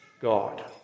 God